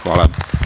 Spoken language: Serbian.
Hvala.